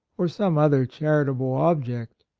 or some other charitable object.